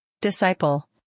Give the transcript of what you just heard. disciple